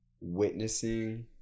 witnessing